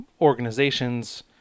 organizations